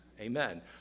Amen